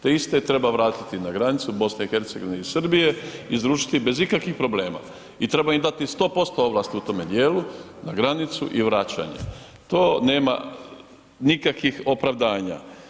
Te iste treba vratiti na granicu BiH i Srbije i izručiti bez ikakvih problema i treba im dati 100% ovlasti u tome dijelu na granicu i vraćanje, to nema nikakvih opravdanja.